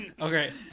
Okay